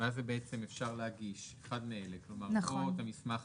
ואז אפשר להגיש אחד מאלה: או במסמך